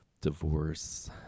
divorce